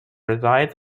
resides